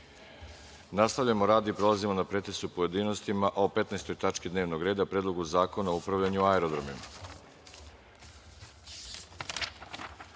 Janković. Nastavljamo rad i prelazimo na pretres u pojedinostima o 15. tački dnevnog reda – Predlogu zakona o upravljanju aerodromima. Saglasno